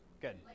Good